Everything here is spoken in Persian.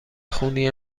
خونی